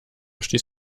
stieß